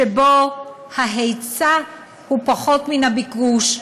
שבו ההיצע הוא פחות מן הביקוש,